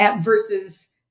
versus